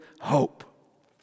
hope